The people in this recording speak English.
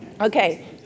Okay